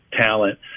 talent